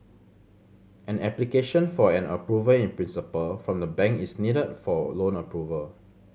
an application for an approval in principle from the bank is needed for loan approval